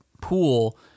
pool